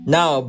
Now